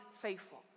faithful